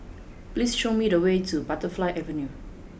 please show me the way to Butterfly Avenue